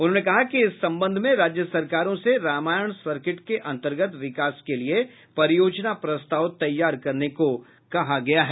उन्होंने कहा कि इस संबंध में राज्य सरकारों से रामायण सर्किट के अन्तर्गत विकास के लिए परियोजना प्रस्ताव तैयार करने को कहा गया है